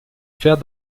faire